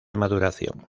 maduración